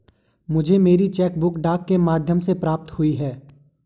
मुझे मेरी cheque book डाक के माध्यम से प्राप्त हुई है